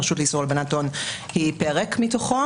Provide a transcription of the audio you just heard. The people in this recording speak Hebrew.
הרשות לאיסור הלבנת הון היא פרק מתוכו